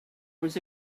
was